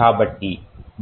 కాబట్టి